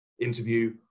interview